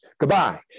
Goodbye